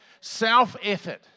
Self-effort